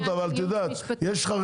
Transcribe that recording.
זה לא עניין של ייעוץ משפטי.